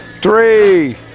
three